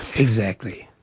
exactly.